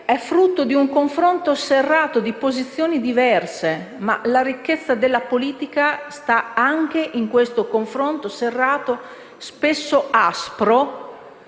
è frutto di un confronto serrato tra posizioni diverse (la ricchezza della politica sta anche in questo confronto serrato e spesso aspro,